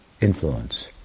influence